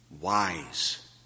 Wise